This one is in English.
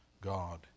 God